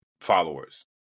followers